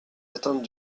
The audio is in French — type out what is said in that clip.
atteintes